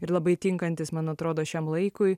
ir labai tinkantis man atrodo šiam laikui